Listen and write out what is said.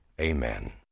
Amen